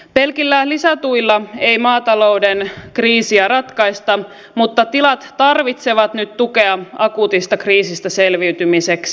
pelkillä lisätuilla ei maatalouden kriisiä ratkaista mutta tilat tarvitsevat nyt tukea akuutista kriisistä selviytymiseksi